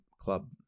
Club